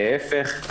להיפך.